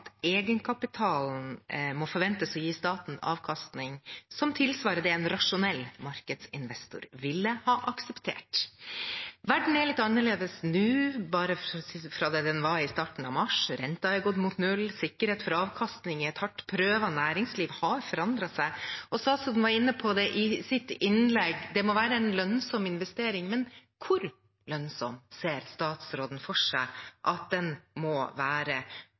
egenkapitalen må forventes å gi staten avkastning som tilsvarer det en rasjonell markedsinvestor ville ha akseptert. Verden er litt annerledes nå enn den var bare i starten av mars. Renten har gått mot null, sikkerhet for avkastning i et hardt prøvet næringsliv har forandret seg. Statsråden var i sitt innlegg inne på at det må være en lønnsom investering. Hvor lønnsom ser statsråden for seg at den må være?